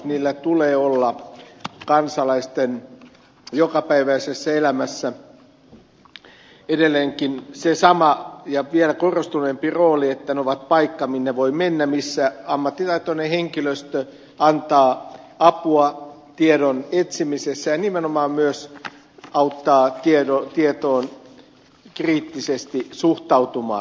niillä tulee olla kansalaisten jokapäiväisessä elämässä edelleenkin se sama ja vielä korostuneempi rooli että ne ovat paikkoja minne voi mennä missä ammattitaitoinen henkilöstö antaa apua tiedon etsimisessä ja nimenomaan myös auttaa tietoon kriittisesti suhtautumaan